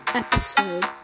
episode